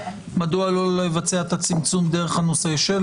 מדוע לא לבצע את הצמצום דרך הנושא של